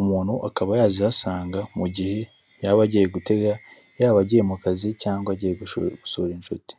umuntu akaba yazihasanga mu gihe yaba agiye gutega, yaba agiye mu kazi cyangwa agiye gusura inshuti.